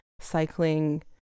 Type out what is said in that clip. cycling